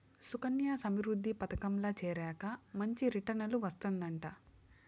సుకన్యా సమృద్ధి పదకంల చేరాక మంచి రిటర్నులు వస్తందయంట